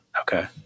okay